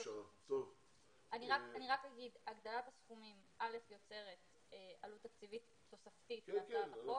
אני רק אומר שהגדלת הסכומים יוצרת עלות תקציבית תוספתית להצעת החוק.